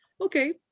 Okay